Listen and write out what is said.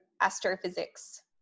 astrophysics